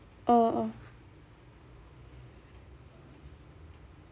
oh oh